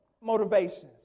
motivations